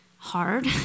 hard